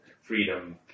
freedom